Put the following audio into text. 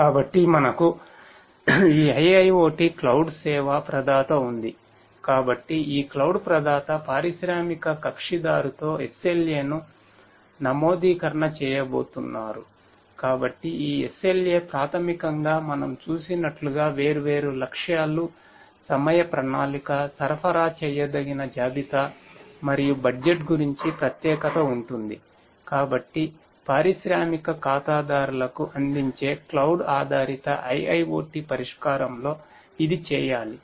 కాబట్టి మనకు ఈ IIoT పరిష్కారం ఉందని చెప్పండి కాబట్టి మనకు ఈ IIoT క్లౌడ్ ఆధారిత IIoT పరిష్కారంలో ఇది చేయాలి